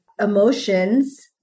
emotions